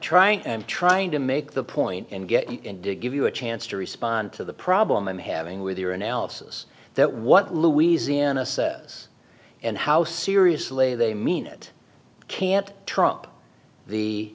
trying and trying to make the point and get to give you a chance to respond to the problem i'm having with your analysis that what louisiana says and how seriously they mean it can't trump the